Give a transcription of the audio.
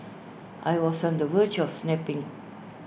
I was on the verge of snapping